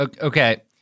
Okay